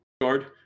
guard